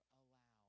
allow